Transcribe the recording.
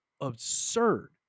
absurd